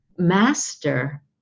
Master